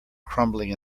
crumbling